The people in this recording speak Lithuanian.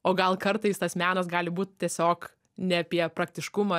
o gal kartais tas menas gali būt tiesiog ne apie praktiškumą ir